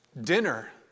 dinner